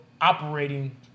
operating